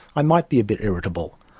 i might be a bit irritable,